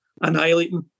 annihilating